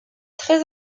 très